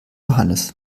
johannes